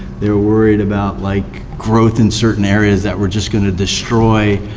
they were worried about like growth in certain areas that were just gonna destroy